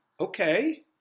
okay